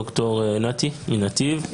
ד"ר נתי מנתיב.